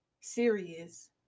serious